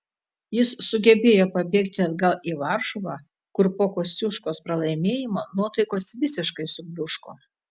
jis sugebėjo pabėgti atgal į varšuvą kur po kosciuškos pralaimėjimo nuotaikos visiškai subliūško